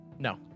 No